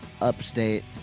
upstate